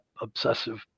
obsessive